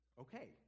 okay